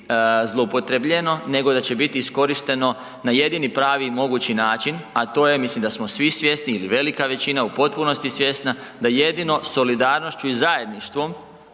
zloupotrebljeno nego da će biti iskorišteno na jedini pravi i mogući način, a to je, mislim da smo svi svjesni ili velika većina u potpunosti svjesna da jedino solidarnošću i zajedništvom